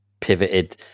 pivoted